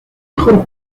mejor